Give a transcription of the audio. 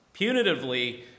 Punitively